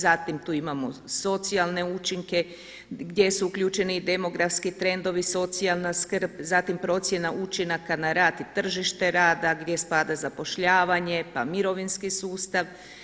Zatim tu imamo socijalne učinke gdje su uključeni i demografski trendovi, socijalna skrb, zatim procjena učinaka na rad i tržište rada gdje spada zapošljavanje, pa mirovinski sustav.